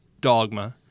Dogma